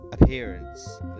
appearance